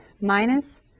minus